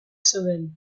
zeuden